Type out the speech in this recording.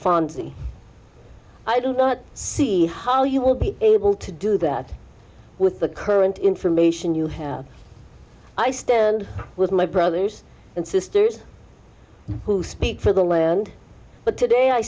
fondly i don't see how you will be able to do that with the current information you have i stand with my brothers and sisters who speak for the land but today i